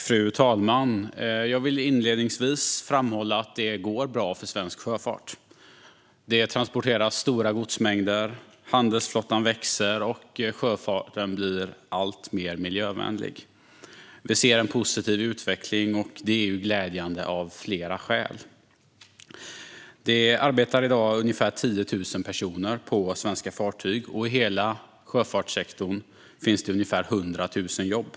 Fru talman! Jag vill inledningsvis framhålla att det går bra för svensk sjöfart. Stora godsmängder transporteras, handelsflottan växer och sjöfarten blir alltmer miljövänlig. Vi ser en positiv utveckling, och det är glädjande av flera skäl. I dag arbetar ungefär 10 000 personer på svenska fartyg, och i hela sjöfartssektorn finns det ungefär 100 000 jobb.